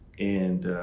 and